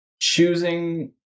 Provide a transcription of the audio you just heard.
choosing